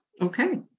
Okay